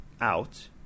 out